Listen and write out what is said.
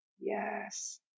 yes